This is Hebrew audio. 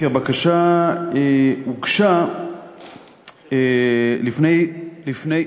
כי הבקשה הוגשה לפני, לכנסת.